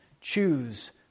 choose